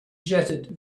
jetted